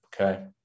okay